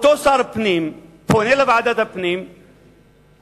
אותו שר פנים פונה לוועדת הפנים ומבקש